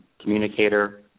communicator